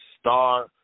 star